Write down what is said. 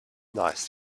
nice